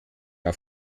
auf